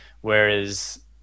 Whereas